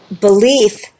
belief